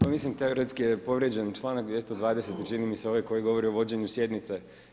Pa mislim teoretski je povrijeđen članak 220., čini mi se ovaj koji govori o vođenju sjednice.